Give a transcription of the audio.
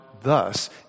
thus